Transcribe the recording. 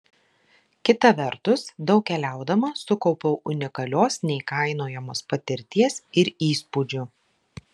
kita vertus daug keliaudama sukaupiau unikalios neįkainojamos patirties ir įspūdžių